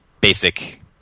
basic